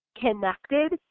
connected